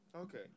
Okay